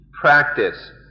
practice